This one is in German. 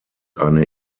eine